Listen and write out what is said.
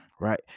Right